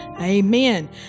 Amen